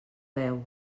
veu